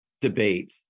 debate